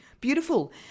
beautiful